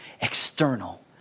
external